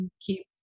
keep